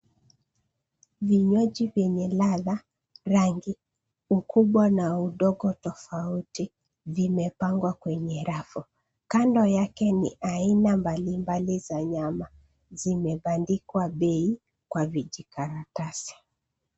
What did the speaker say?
Vinywaji vyenye ladha, rangi, ukubwa na udogo tofauti, vimepangwa kwenye rafu. Kando yake ni aina mbalimbali za nyama, zimebandikwa bei kwa vijikaratasi.